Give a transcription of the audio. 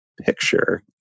picture